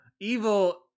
Evil